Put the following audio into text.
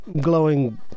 glowing